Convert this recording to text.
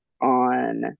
on